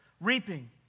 reaping